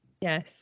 yes